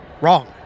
wrong